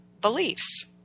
beliefs